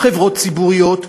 חברות ציבוריות,